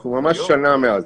אנחנו ממש שנה מאז.